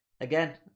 again